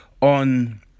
on